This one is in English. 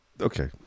Okay